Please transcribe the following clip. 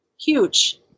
Huge